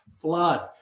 flood